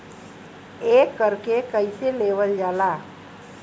एकरके कईसे लेवल जाला?